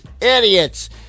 Idiots